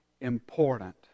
important